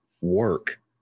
work